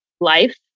life